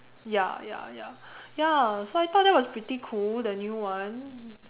ya ya ya ya so I thought that was pretty cool the new one